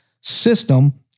system